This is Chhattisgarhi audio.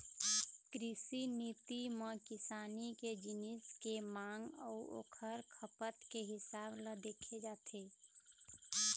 कृषि नीति म किसानी के जिनिस के मांग अउ ओखर खपत के हिसाब ल देखे जाथे